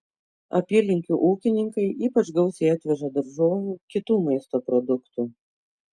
apylinkių ūkininkai ypač gausiai atveža daržovių kitų maisto produktų